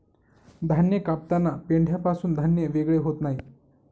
धान्य कापताना पेंढ्यापासून धान्य वेगळे होत नाही